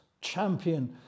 champion